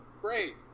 great